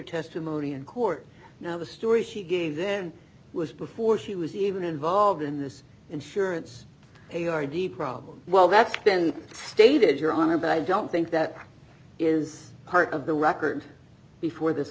testimony in court now the story she gave then was before she was even involved in this insurance a r d problem well that's been stated your honor but i don't think that is part of the record before this